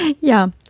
Ja